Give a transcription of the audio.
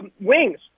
wings